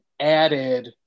added